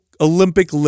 Olympic